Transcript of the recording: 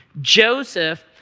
Joseph